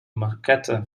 maquette